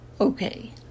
Okay